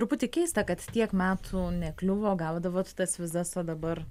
truputį keista kad tiek metų nekliuvo gaudavot tas vizas o dabar